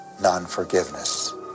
non-forgiveness